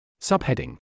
Subheading